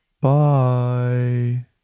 Bye